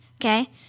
okay